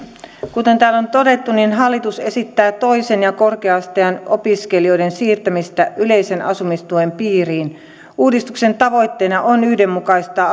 kuten täällä on todettu hallitus esittää toisen ja korkea asteen opiskelijoiden siirtämistä yleisen asumistuen piiriin uudistuksen tavoitteena on yhdenmukaistaa